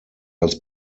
als